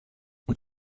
und